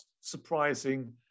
surprising